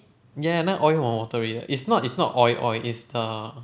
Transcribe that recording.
ya ya 那个 oil 很 watery 的 it's not it's not oil oil it's the err